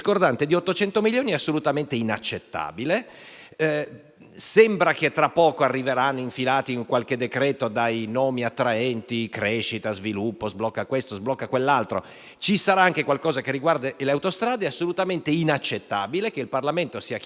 800 milioni è assolutamente inaccettabile. Sembra che tra poco arriverà, infilato in qualche decreto dal nome attraente (crescita, sviluppo, sblocca questo o sblocca quell'altro), qualcosa che riguarda le autostrade: è assolutamente inaccettabile che il Parlamento sia chiamato a